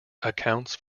accounts